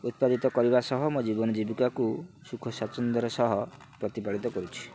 ଉତ୍ପାଦିତ କରିବା ସହ ମୋ ଜୀବନ ଜୀବିକାକୁ ସୁଖସ୍ୱାଚ୍ଛନ୍ଦ୍ୟର ସହ ପ୍ରତିପାଳିତ କରୁଛି